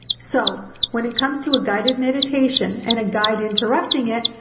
so when it comes to a guided meditation and a guide interrupting it,